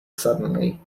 suddenly